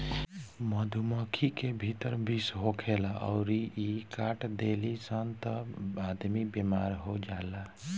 मधुमक्खी के भीतर विष होखेला अउरी इ काट देली सन त आदमी बेमार हो जाला